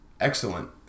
excellent